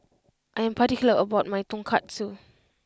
I am particular about my Tonkatsu